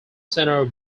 centre